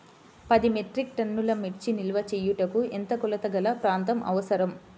పది మెట్రిక్ టన్నుల మిర్చి నిల్వ చేయుటకు ఎంత కోలతగల ప్రాంతం అవసరం?